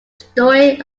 story